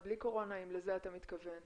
בלי קורונה, אם לזה אתה מתכוון.